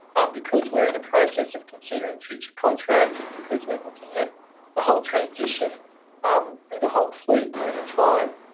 ah, because we're in a process of considering future contracts because we're looking at the whole transition um of the whole fleet over time.